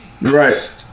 Right